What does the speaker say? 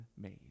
made